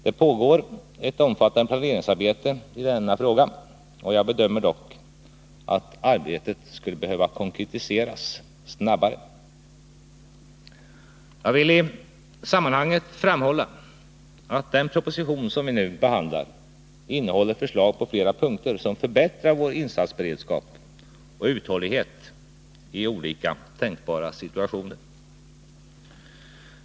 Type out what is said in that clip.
Det pågår ett omfattande planeringsarbete i denna fråga. Jag bedömer dock att arbetet skulle behöva konkretiseras snabbare. Jag vill i sammanhanget framhålla att den proposition som vi nu behandlar innehåller förslag på flera punkter som förbättrar vår insatsberedskap och uthållighet i olika tänkbara situationer.